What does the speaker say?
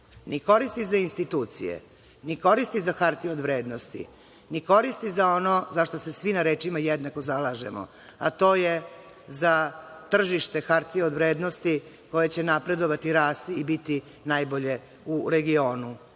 ni koristi za institucije, ni koristi za hartije od vrednosti, ni koristi za ono za šta se svi na rečima jednako zalažemo, a to je za tržište hartija od vrednosti koje će napredovati, rasti i biti najbolje u regionu.